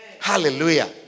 Hallelujah